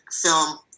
film